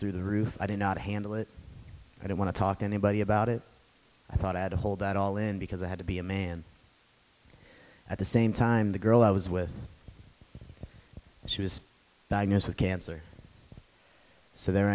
through the roof i did not handle it i don't want to talk to anybody about it i thought i had to hold that all in because i had to be a man at the same time the girl i was with and she was diagnosed with cancer so there